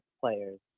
players